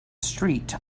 street